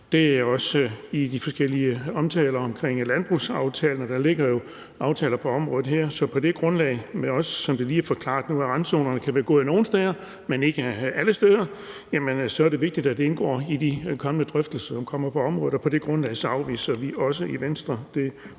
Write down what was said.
Det er også i de forskellige omtaler omkring landbrugsaftalen, og der ligger jo aftaler på området her. Som det også lige er forklaret nu: Randzonerne kan være gode at have nogle steder, men ikke alle steder. På det grundlag er det vigtigt, at det indgår i de kommende drøftelser, som kommer på området. Og på det grundlag afviser vi også i Venstre det